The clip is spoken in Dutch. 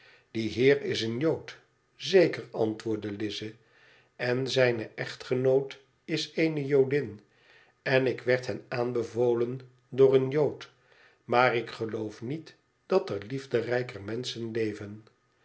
die heer is een jood zeker antwoordde lize len zijne echtgenoot is eene jodin en ik werd hen aanbevolen door een jood maar ik geloof niet dat er liefderijker menschen